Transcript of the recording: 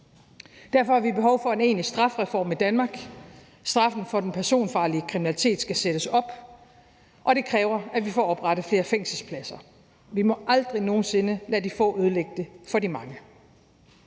Derfor har vi behov for en egentlig strafreform i Danmark. Straffen for den personfarlige kriminalitet skal sættes op, og det kræver, at vi får oprettet flere fængselspladser. Vi må aldrig nogen sinde lade de få ødelægge det for de mange.